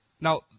Now